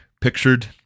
pictured